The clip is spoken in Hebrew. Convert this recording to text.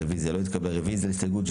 הצבעה הרוויזיה לא נתקבלה הרוויזיה לא התקבלה.